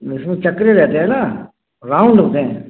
इसमें चक्रे रहते हैं ना राउंड होते हैं